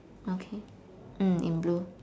okay mm in blue